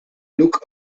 luc